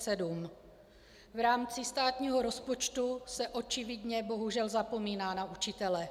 V rámci státního rozpočtu se očividně bohužel zapomíná na učitele.